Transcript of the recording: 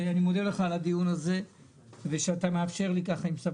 אני מודה על הדיון הזה ועל זה שאתה מאפשר לי לדבר.